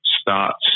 starts